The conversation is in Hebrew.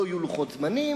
לא יהיו לוחות זמנים.